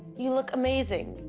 you look amazing.